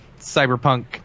cyberpunk